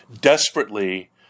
desperately